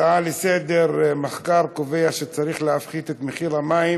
ההצעה לסדר-היום: מחקר קובע שצריך להפחית את מחיר המים